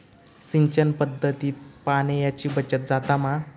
सिंचन पध्दतीत पाणयाची बचत जाता मा?